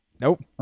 nope